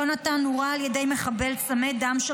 יונתן נורה על ידי מחבל צמא דם של